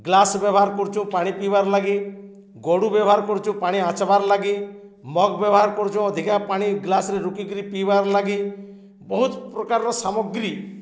glass ବ୍ୟବହାର୍ କରୁଚୁଁ ପାଣି ପିଇବାର୍ ଲାଗି ଗଡ଼ୁ ବ୍ୟବହାର୍ କରୁଚୁଁ ପାଣି ଆଞ୍ଚବାର୍ ଲାଗି ମଗ୍ ବ୍ୟବହାର୍ କରୁଚୁଁ ଅଧିକା ପାଣି ଗ୍ଲାସ୍ରେ ରୁକିକିରି ପିଇବାର୍ ଲାଗେ ବହୁତ୍ ପ୍ରକାର୍ର ସାମଗ୍ରୀ